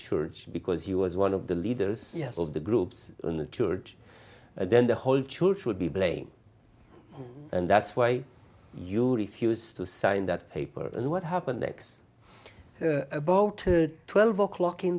church because he was one of the leaders of the groups in the church and then the whole church would be blamed and that's why you refused to sign that paper and what happened next boat twelve o'clock in